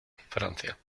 francia